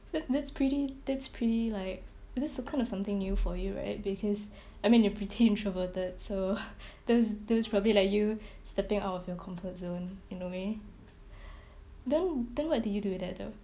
that that's pretty that's pretty like that's the kind of something new for you right because I mean you're pretty introverted so that's that's probably like you stepping out of your comfort zone in a way then then what did you do with there though